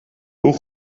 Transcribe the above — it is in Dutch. hoe